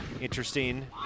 Interesting